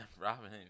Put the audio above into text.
Robin